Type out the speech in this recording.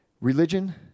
Religion